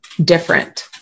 different